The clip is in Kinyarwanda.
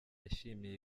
yishimiye